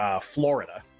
Florida